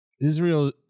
Israel